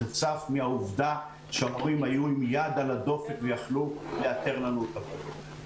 זה צף מהעובדה שהמורים היו עם יד על הדופק ויכלו לאתר את התלמידים.